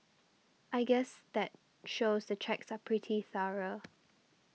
I guess that shows the checks are pretty thorough